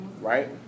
Right